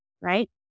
right